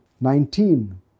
nineteen